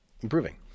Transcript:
improving